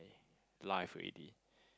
life already